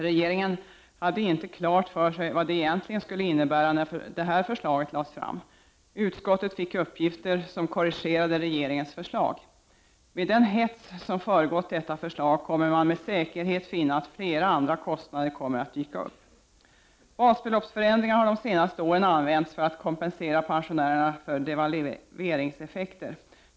Regeringen hade inte klart för sig vad det egentligen skulle innebära när detta förslag lades fram. Utskottet fick uppgifter som korrigerade regeringens förslag. Med den hets som föregått detta förslag kommer man med säkerhet att finna att flera andra kostnader kommer att dyka upp. Basbeloppsförändringar har under de senaste åren använts för att kompensera pensionärerna för devalveringseffekter.